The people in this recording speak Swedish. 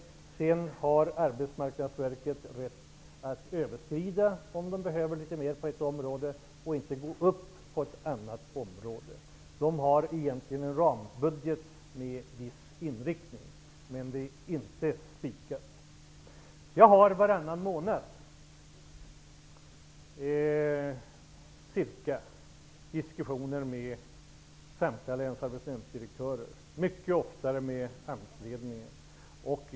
Om det behövs litet mer på ett område, har Arbetsmarknadsverket rätt att överskrida nivån, om man inte genomför någon ökning på ett annat område. Arbetsmarknadsverket har egentligen en rambudget med viss inriktning, men den är inte spikad. Ungefär varannan månad för jag diskussioner med samtliga länsarbetsnämndsdirektörer och mycket oftare med AMS-ledningen.